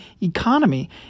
economy